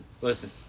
Listen